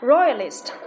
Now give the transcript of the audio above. Royalist